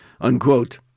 unquote